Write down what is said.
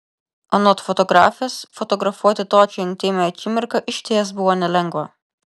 anot fotografės fotografuoti tokią intymią akimirką išties buvo nelengva